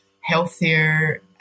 healthier